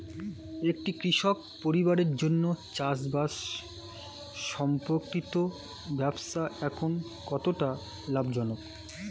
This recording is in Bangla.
একটি কৃষক পরিবারের জন্য চাষবাষ সম্পর্কিত ব্যবসা এখন কতটা লাভজনক?